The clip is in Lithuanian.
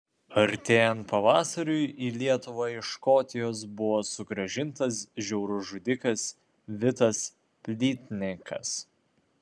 artėjant pavasariui į lietuvą iš škotijos buvo sugrąžintas žiaurus žudikas vitas plytnikas